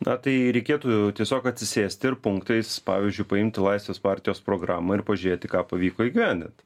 na tai reikėtų tiesiog atsisėsti ir punktais pavyzdžiui paimti laisvės partijos programą ir pažiūrėti ką pavyko įgyvendint